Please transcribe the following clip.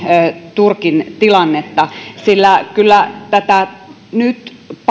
turkin tilannetta sillä kyllä tätä nyt